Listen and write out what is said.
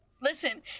listen